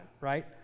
right